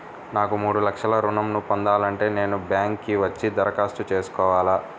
నాకు మూడు లక్షలు ఋణం ను పొందాలంటే నేను బ్యాంక్కి వచ్చి దరఖాస్తు చేసుకోవాలా?